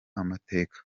amateka